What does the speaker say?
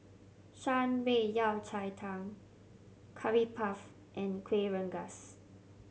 Shan Rui Yao Cai Tang Curry Puff and Kuih Rengas